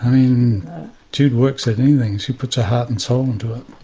mean jude works at anything, she puts her heart and soul into it,